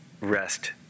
rest